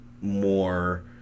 more